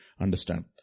understand